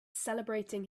celebrating